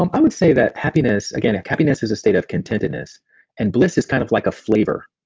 um i would say that happiness. again, happiness is a state of contentedness and bliss is kind of like a flavor.